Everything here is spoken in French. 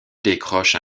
décroche